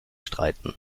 streiten